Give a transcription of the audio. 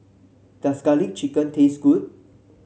does garlic chicken taste good